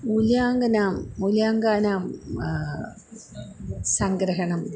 मूल्याङ्गानां मूल्याङ्गानां सङ्ग्रहणं